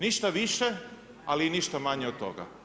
Ništa više, ali i ništa manje od toga.